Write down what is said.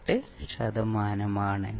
8 ശതമാനമാണ്